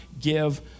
give